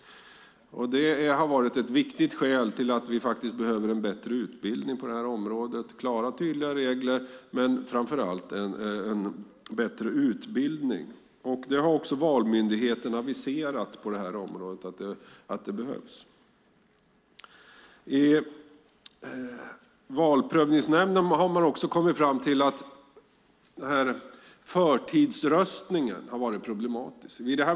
Det är ett viktigt skäl till en bättre utbildning på det här området. Det behövs klara och tydliga regler men framför allt en bättre utbildning. Valmyndigheten har också aviserat att detta behövs. I Valprövningsnämnden har man kommit fram till att förtidsröstningen var problematisk.